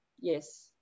Yes